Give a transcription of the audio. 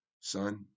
son